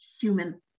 human